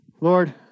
Lord